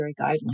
guidelines